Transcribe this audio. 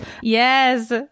Yes